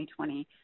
2020